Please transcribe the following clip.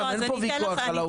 אין פה ויכוח על העובדות.